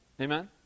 Amen